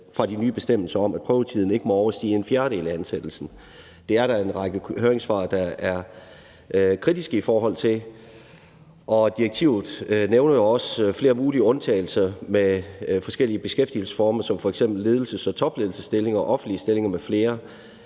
fra de nye bestemmelser om, at prøvetiden ikke må overstige en fjerdedel af ansættelsen. Det er der en række høringssvar der er kritiske over for. Direktivet nævner jo også flere mulige undtagelser af forskellige beskæftigelsesformer. Det er f.eks. ledelses- og topledelsesstillinger og offentlige stillinger m.fl.,